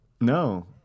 No